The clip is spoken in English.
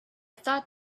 thought